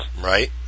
Right